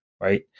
right